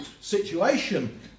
situation